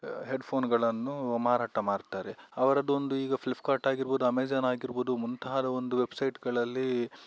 ಹೆಡ್ಫೋನ್ಗಳನ್ನು ಮಾರಾಟ ಮಾರ್ತಾರೆ ಅವರದೊಂದು ಈಗ ಫ್ಲಿಫ್ಕಾರ್ಟ್ ಆಗಿರ್ಬೋದು ಅಮೆಝಾನ್ ಆಗಿರ್ಬೋದು ಮುಂತಾದ ಒಂದು ವೆಬ್ಸೈಟ್ಗಳಲ್ಲಿ